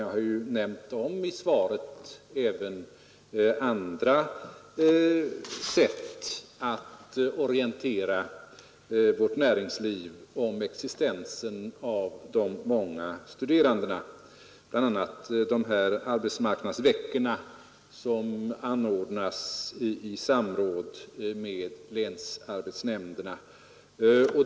Jag har ju i mitt svar omnämnt även andra sätt att orientera vårt näringsliv om existensen av de många studerandena, bl.a. de arbetsmarknadsveckor som anordnas i samråd med länsarbetsnämnderna.